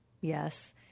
yes